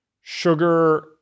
sugar